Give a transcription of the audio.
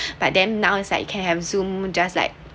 but then now is like you can have zoom just like